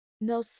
No